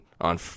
on